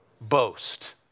Boast